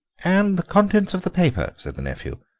and the contents of the paper, said the nephew,